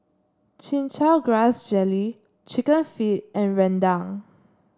Chin Chow Grass Jelly chicken feet and Rendang